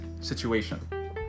situation